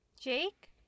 Jake